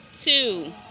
two